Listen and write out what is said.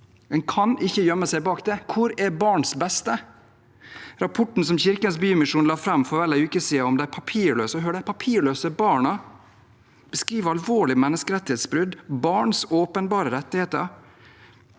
En kan ikke gjemme seg bak det. Hvor er barns beste? Rapporten som Kirkens Bymisjon la fram for vel en uke siden om de papirløse barna, beskriver alvorlige menneskerettighetsbrudd, brudd på barns åpenbare rettigheter.